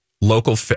local